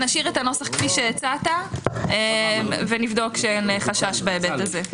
נשאיר את הנוסח כפי שהצעת ונבדוק שאין חשש בהיבט הזה.